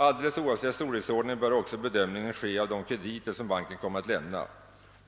Alldeles oavsett storleksordningen bör också bedömningen ske av de krediter som banken kommer att lämna.